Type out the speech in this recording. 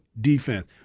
defense